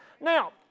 Now